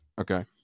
Okay